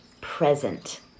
present